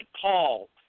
Paul